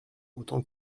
autant